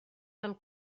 del